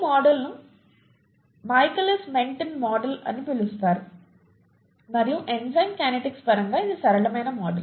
ఈ మోడల్ను Michaelis Menten model అని పిలుస్తారు మరియు ఎంజైమ్ కైనెటిక్స్ పరంగా ఇది సరళమైన మోడల్